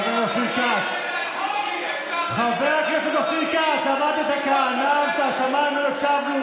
שמתגוררות כבר 12 שנה בשכונת שמעון הצדיק,